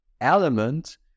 element